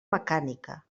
mecànica